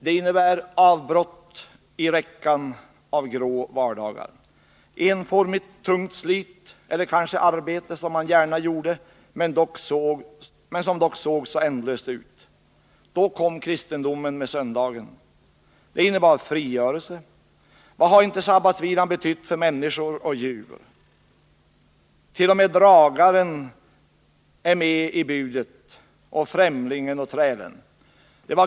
Det innebär avbrott i en räcka grå vardagar. Enformigt tungt slit eller kanske arbete som man gärna gjorde men som dock såg så ändlöst ut. Då kom kristendomen med söndagen. Det innebar frigörelse. Vad har inte sabbatsvilan betytt för människor och djur! T. o. m. dragaren är med i budet, och främlingen och trälen.